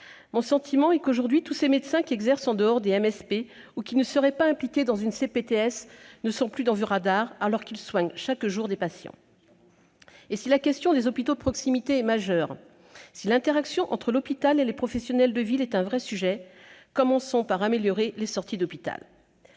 Mon sentiment est qu'aujourd'hui, tous ces médecins qui exercent en dehors des MSP ou qui ne seraient pas impliqués dans une CPTS ne sont plus dans vos radars, alors qu'ils soignent chaque jour des patients. Et, si la question des hôpitaux de proximité est majeure, si l'interaction entre l'hôpital et les professionnels de ville est un vrai sujet, commençons par améliorer les sorties d'hôpital